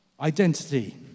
Identity